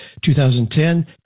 2010